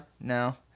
No